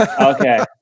Okay